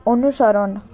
অনুসরণ